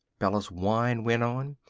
bella's whine went on.